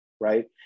right